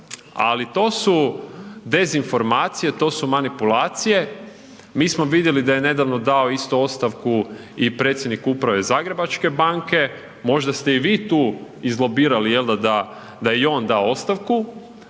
Ali to su dezinformacije, to su manipulacije. Mi smo vidjeli da je nedavno dao isto ostavku i predsjednik Uprave Zagrebačke banke. Možda ste i vi tu izlobirali jel'da da i on da ostavku?